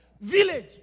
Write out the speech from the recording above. village